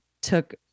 took